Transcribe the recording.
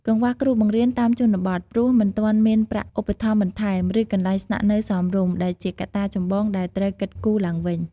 កង្វះគ្រូបង្រៀនតាមជនបទ ព្រោះមិនទាន់មានប្រាក់ឧបត្ថម្ភបន្ថែម ឬកន្លែងស្នាក់នៅសមរម្យ ដែលជាកត្តាចម្បងដែលត្រូវគិតគូរទ្បើងវិញ។